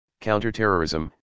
counterterrorism